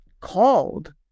called